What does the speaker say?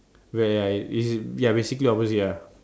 where like it's ya basically opposite lah